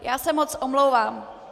Já se moc omlouvám.